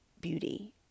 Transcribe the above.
beauty